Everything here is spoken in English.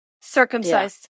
Circumcised